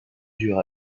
durs